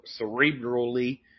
Cerebrally